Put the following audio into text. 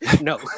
no